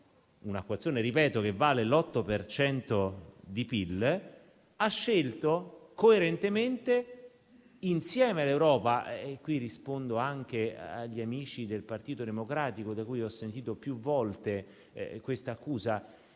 (un acquazzone che, lo ripeto, vale l'8 per cento del PIL) ha scelto coerentemente, insieme all'Europa - così rispondo anche agli amici del Partito Democratico, da cui ho sentito più volte questa accusa,